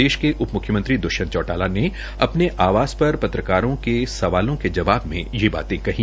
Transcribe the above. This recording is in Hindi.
प्रदेश के उप म्ख्यमंत्री ने अपने आवास पर पत्रकारों के सवालों के जवाब में ये बाते कही